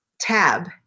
tab